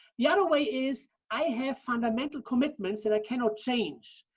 the other way is i have fundamental commitments that i cannot change.